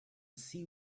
see